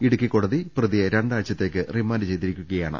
ഇടുക്കി കോടതി പ്രതിയെ രണ്ടാഴ്ചത്തേയ്ക്ക് റിമാൻഡ് ചെയ്തി രിക്കുകയാണ്